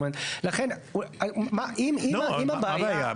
מה הבעיה?